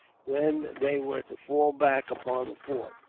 when they were to fall back upon the fort.